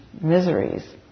miseries